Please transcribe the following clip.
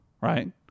right